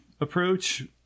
approach